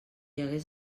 hagués